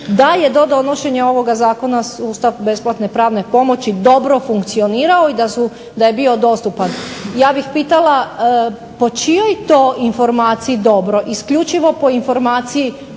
da je do donošenja ovoga zakona sustav besplatne pravne pomoći dobro funkcionirao i da je bio dostupan. Ja bih pitala po čijoj to informaciji dobro, isključivo po informaciji